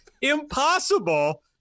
impossible